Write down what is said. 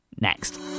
Next